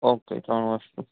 okay ત્રણ વસ્તુ